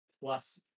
plus